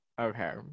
Okay